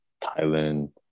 Thailand